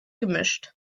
gemischt